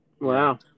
Wow